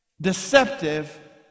deceptive